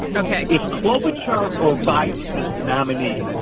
okay. if cloture or biden is the nominee,